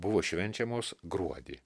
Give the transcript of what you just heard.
buvo švenčiamos gruodį